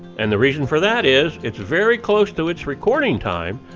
and the reason for that is it's very close to its recording time.